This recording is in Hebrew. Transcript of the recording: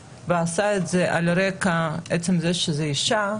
על עצם זה שמדובר באישה,